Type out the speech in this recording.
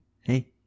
Hey